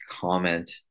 comment